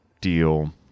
deal